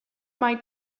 mae